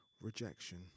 rejection